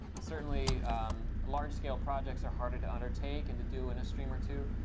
certainly large scale projects are harder to undertake and to do in a stream or two.